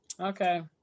okay